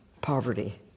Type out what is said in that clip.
poverty